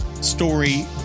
story